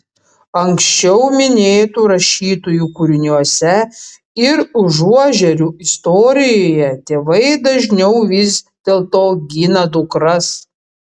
anksčiau minėtų rašytojų kūriniuose ir užuožerių istorijoje tėvai dažniau vis dėlto gina dukras